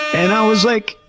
and i was, like,